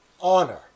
honor